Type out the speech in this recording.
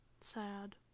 sad